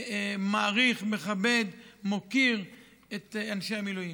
מעריך, מכבד, מוקיר את אנשי המילואים.